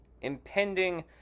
impending